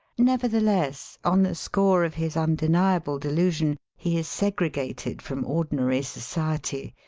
neverthe less, on the score of his undeniable delusion he is segregated from ordinary society,